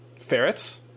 Ferrets